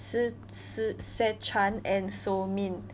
s~ s~ se chan and so min